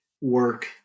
work